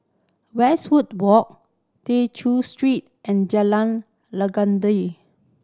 Westwood Walk Tew Chew Street and Jalan Legundi